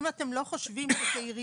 האם אתם לא חושבים שכעירייה,